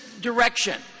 direction